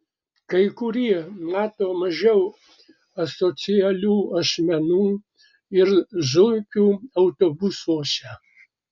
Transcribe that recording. kai kurie mato mažiau asocialių asmenų ir zuikių autobusuose